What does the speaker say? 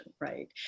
right